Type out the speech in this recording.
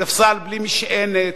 ספסל בלי משענת,